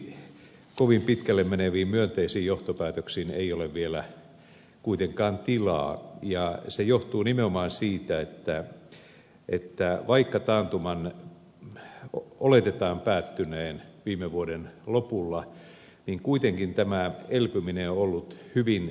silti kovin pitkälle meneviin myönteisiin johtopäätöksiin ei ole vielä tilaa ja se johtuu nimenomaan siitä että vaikka taantuman oletetaan päättyneen viime vuoden lopulla niin kuitenkin tämä elpyminen on ollut hyvin hidasta